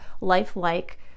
lifelike